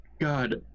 God